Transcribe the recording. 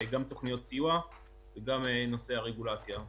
גם תוכניות סיוע וגם נושא הרגולציה.